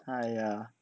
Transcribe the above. !haiya!